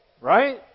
Right